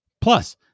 Plus